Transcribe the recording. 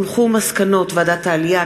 מסקנות ועדת העלייה,